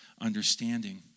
understanding